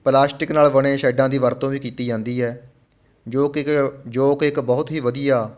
plastic ਨਾਲ਼ ਬਣੇ ਸ਼ੈੱਡਾਂ ਦੀ ਵਰਤੋਂ ਵੀ ਕੀਤੀ ਜਾਂਦੀ ਹੈ ਜੋ ਕਿ ਇੱਕ ਜੋ ਕਿ ਇੱਕ ਬਹੁਤ ਹੀ ਵਧੀਆ